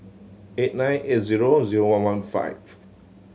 eight nine eight zero zero one one five